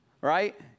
right